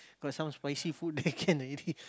got some spicy food there can already